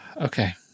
Okay